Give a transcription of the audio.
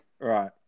right